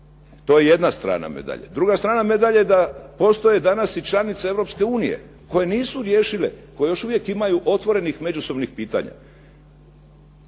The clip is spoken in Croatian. to je jedna strana medalje. Druga strana medalje je da postoje danas i članice Europske unije koje nisu riješile, koje još uvijek imaju otvorenih međusobnih pitanja.